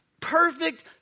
perfect